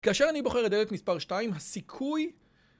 כאשר אני בוחר את דלת מספר 2, הסיכוי...